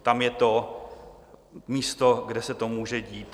Tam je to místo, kde se to může dít.